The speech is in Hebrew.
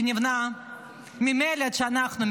גילינו מנהרות חמאס שנבנו ממלט שאנחנו,